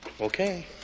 Okay